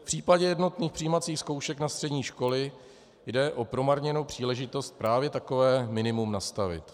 V případě jednotných přijímacích zkoušek na střední školy jde o promarněnou příležitost právě takové minimum nastavit.